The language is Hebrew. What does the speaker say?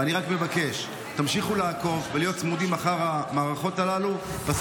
ואני רק מבקש: תמשיכו לעקוב אחר המערכות הללו ולהיות צמודים.